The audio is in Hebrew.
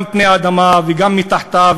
גם על פני האדמה וגם מתחתיה,